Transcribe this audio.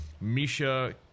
Misha